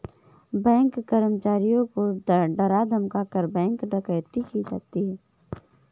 bank कर्मचारियों को डरा धमकाकर, बैंक डकैती की जाती है